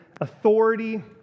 authority